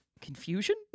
confusion